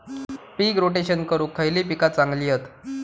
पीक rotation करूक खयली पीका चांगली हत?